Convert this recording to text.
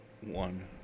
One